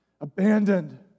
abandoned